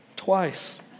Twice